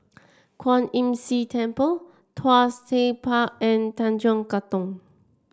Kwan Imm See Temple Tuas Tech Park and Tanjong Katong